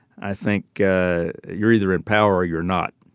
i think ah you're either in power or you're not